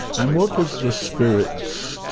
and what does the spirit,